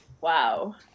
Wow